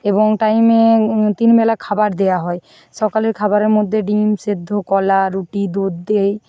এবং টাইমে তিন বেলা খাবার দেওয়া হয় সকালের খাবারের মধ্যে ডিম সিদ্ধ কলা রুটি দুধ দেয়